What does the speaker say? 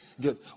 Good